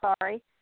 sorry